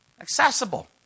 accessible